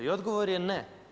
I odgovor je ne.